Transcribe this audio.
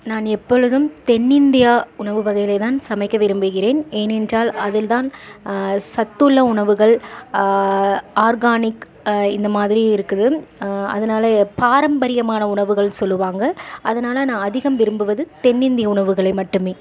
நான் எப்பொழுதும் தென்னிந்தியா உணவு வகைளைதான் சமைக்க விரும்புகிறேன் ஏனென்றால் அதில் தான் சத்துள்ள உணவுகள் ஆர்கானிக் இந்த மாதிரி இருக்குது அதனால எப் பாரம்பரியமான உணவுகள்ன்னு சொல்லுவாங்க அதனால் நான் அதிகம் விரும்புவது தென்னிந்திய உணவுகளை மட்டுமே